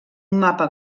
mapa